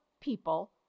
people